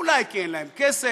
אולי כי אין להן כסף,